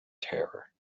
terror